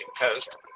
coast